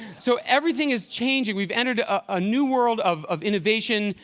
so everything is changing. we've entered a ah new world of of innovation,